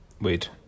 Wait